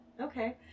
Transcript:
okay